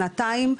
שנתיים,